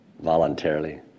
voluntarily